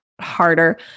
harder